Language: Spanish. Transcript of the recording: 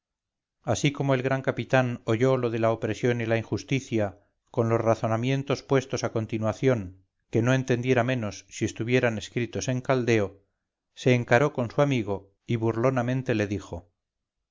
así como el gran capitán oyó lo de la opresión y la injusticia con los razonamientos puestos a continuación que no entendiera menos si estuvieran escritos en caldeo se encaró con su amigo y burlonamente le dijo